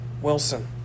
wilson